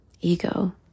ego